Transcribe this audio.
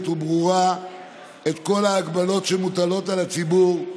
וברורה את כל ההגבלות שמוטלות על הציבור,